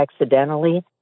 accidentally